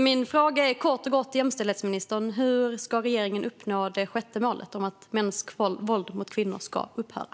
Min fråga till jämställdhetsministern är kort och gott: Hur ska regeringen uppnå det sjätte målet om att mäns våld mot kvinnor ska upphöra?